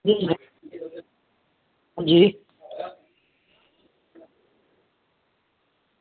अंजी